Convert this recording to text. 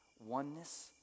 Oneness